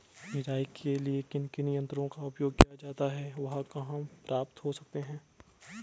निराई के लिए किन किन यंत्रों का उपयोग किया जाता है वह कहाँ प्राप्त हो सकते हैं?